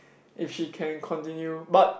if she can continue but